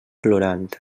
plorant